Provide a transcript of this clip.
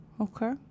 Okay